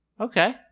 Okay